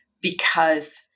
because-